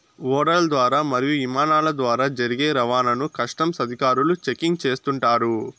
ఓడల ద్వారా మరియు ఇమానాల ద్వారా జరిగే రవాణాను కస్టమ్స్ అధికారులు చెకింగ్ చేస్తుంటారు